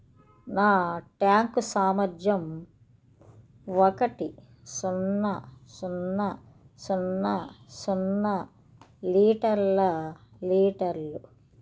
నా ట్యాంక్ సామర్థ్యం ఒకటి సున్నా సున్నా సున్నా సున్నా లీటర్ల లీటర్లు